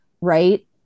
right